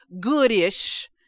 good-ish